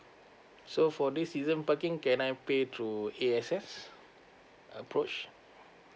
so for this season parking can I pay through A_X_S approach